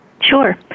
Sure